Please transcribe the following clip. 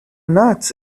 not